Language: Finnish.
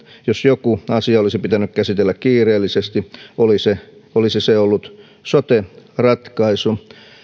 jos joku asia olisi pitänyt käsitellä kiireellisesti olisi se ollut sote ratkaisu